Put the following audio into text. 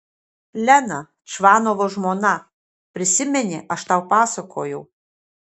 lena čvanovo žmona prisimeni aš tau pasakojau